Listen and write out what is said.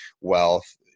wealth